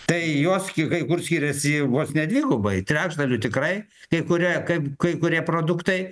tai jos gi kai kur skiriasi vos ne dvigubai trečdaliu tikrai kai kurie kaip kai kurie produktai